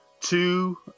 two